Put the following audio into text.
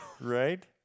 Right